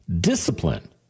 discipline